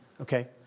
Okay